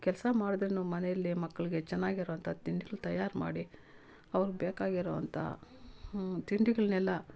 ಕೆಲಸ ಮಾಡಿದ್ರೆ ಮನೇಯಲ್ಲಿ ಮಕ್ಳಿಗೆ ಚೆನ್ನಾಗಿರೊಂಥ ತಿಂಡಿಗಳು ತಯಾರು ಮಾಡಿ ಅವ್ರಿಗೆ ಬೇಕಾಗಿರೊ ಅಂಥ ತಿಂಡಿಗಳನ್ನೆಲ್ಲ